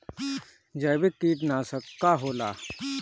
जैविक कीटनाशक का होला?